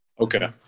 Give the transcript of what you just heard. Okay